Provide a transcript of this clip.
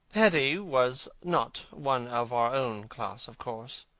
hetty was not one of our own class, of course.